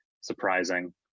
surprising